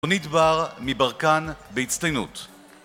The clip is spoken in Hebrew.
עונית בר, מברקן, בהצטיינות